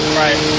right